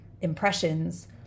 impressions